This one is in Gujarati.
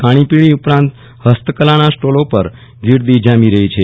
ખાણો પીણી ઉપરાંત હસ્તકલાના સ્ટોલો પર ગોર્દા જામી રહો છે